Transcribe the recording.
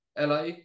LA